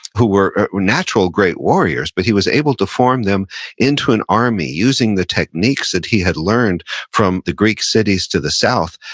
who were natural great warriors, but he was able to form them into an army, using the techniques that he had learned from the greek cities to the south.